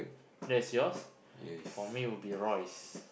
that's yours for me will be Royce